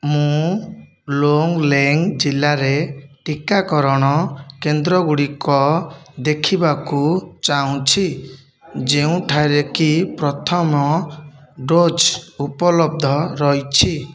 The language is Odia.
ମୁଁ ଲୋଙ୍ଗ୍ଲେଙ୍ଗ୍ ଜିଲ୍ଲାରେ ଟିକାକରଣ କେନ୍ଦ୍ରଗୁଡ଼ିକ ଦେଖିବାକୁ ଚାହୁଁଛି ଯେଉଁଠାରେକି ପ୍ରଥମ ଡୋଜ୍ ଉପଲବ୍ଧ ରହିଛି